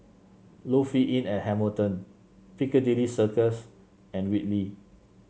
Lofi Inn at Hamilton Piccadilly Circus and Whitley